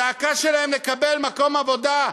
הזעקה שלהם היא לקבל מקום עבודה.